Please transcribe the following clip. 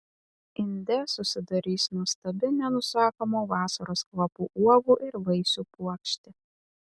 inde susidarys nuostabi nenusakomo vasaros kvapų uogų ir vaisių puokštė